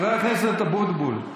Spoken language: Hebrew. חבר הכנסת אבוטבול.